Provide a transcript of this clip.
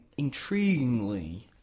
intriguingly